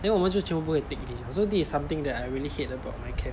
then 我们就全部不会 take lift so this is something that I really hate about my camp